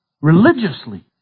religiously